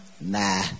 nah